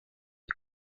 les